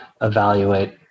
evaluate